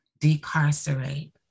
decarcerate